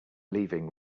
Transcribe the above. leaving